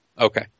Okay